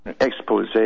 expose